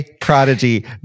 Prodigy